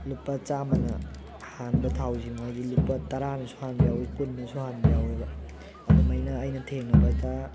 ꯂꯨꯄꯥ ꯆꯥꯝꯃꯅ ꯍꯥꯟꯕ ꯊꯥꯎꯁꯤ ꯃꯣꯏꯗꯤ ꯂꯨꯄꯥ ꯇꯔꯥꯅꯁꯨ ꯍꯥꯟꯕ ꯍꯥꯎꯋꯤ ꯀꯨꯟꯅꯁꯨ ꯍꯥꯟꯕ ꯌꯥꯎꯋꯦꯕ ꯑꯗꯨꯃꯥꯏꯅ ꯑꯩꯅ ꯊꯦꯡꯅꯕꯗ